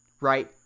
Right